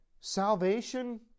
salvation